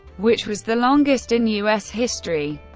which was the longest in u s. history.